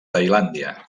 tailàndia